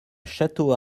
château